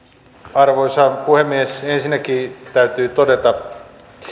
arvoisa puhemies ensinnäkin täytyy todeta